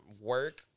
Work